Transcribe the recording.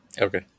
Okay